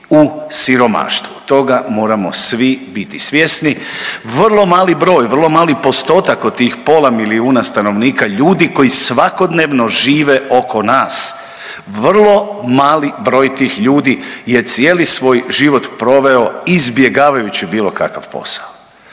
u siromaštvu. Toga moramo svi biti svjesni, vrlo mali broj, vrlo mali postotak od tih pola milijuna stanovnika, ljudi koji svakodnevno žive oko nas, vrlo mali broj tih ljudi je cijeli svoj život proveo izbjegavajući bilo kakav posao.